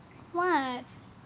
what